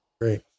Great